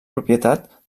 propietat